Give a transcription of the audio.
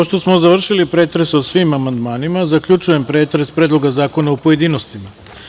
Pošto smo završili pretres o svim amandmanima, zaključujem pretres Predloga zakona u pojedinostima.